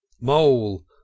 mole